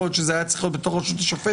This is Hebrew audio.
יכול להיות שזה היה צריך להיות ברשות השופטת.